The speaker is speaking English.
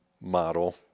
model